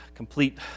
complete